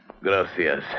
Gracias